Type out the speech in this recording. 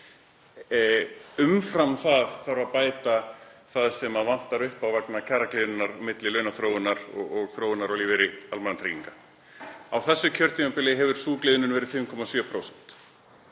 Umfram það þarf að bæta það sem vantar upp á vegna kjaragliðnunar milli launaþróunar og þróunar á lífeyri almannatrygginga. Á þessu kjörtímabili hefur sú gliðnun verið 5,7%.